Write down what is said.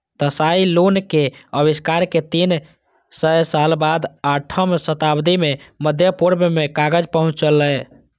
Tsai Lun के आविष्कार के तीन सय साल बाद आठम शताब्दी मे मध्य पूर्व मे कागज पहुंचलै